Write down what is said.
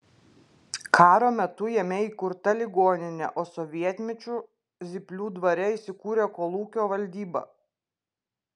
karo metu jame įkurta ligoninė o sovietmečiu zyplių dvare įsikūrė kolūkio valdyba